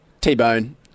T-Bone